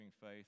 faith